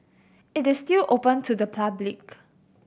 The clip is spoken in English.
it is still open to the public